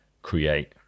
create